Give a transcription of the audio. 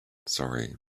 sorry